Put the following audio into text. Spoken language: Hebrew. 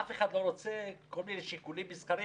אף אחד לא רוצה בגלל כל מיני שיקולים מסחריים.